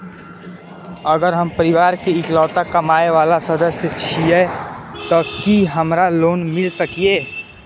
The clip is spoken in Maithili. अगर हम परिवार के इकलौता कमाय वाला सदस्य छियै त की हमरा लोन मिल सकीए?